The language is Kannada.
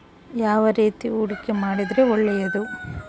ಯಾವ ರೇತಿ ಹೂಡಿಕೆ ಮಾಡಿದ್ರೆ ಒಳ್ಳೆಯದು?